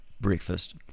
Breakfast